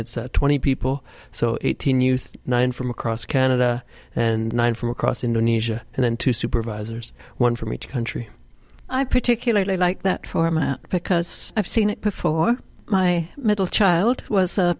it's twenty people so eighteen youth nine from across canada and one from across indonesia and then two supervisors one from each country i particularly like that format because i've seen it before my middle child was a